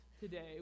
today